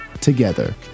together